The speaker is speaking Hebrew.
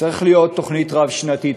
צריכה להיות תוכנית רב-שנתית.